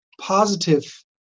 positive